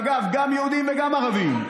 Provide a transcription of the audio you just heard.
אגב, גם יהודים וגם ערבים.